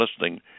listening